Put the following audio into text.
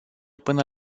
până